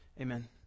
Amen